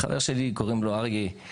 חבר שלי קוראים לו ארגיי,